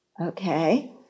Okay